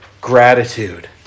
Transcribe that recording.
Gratitude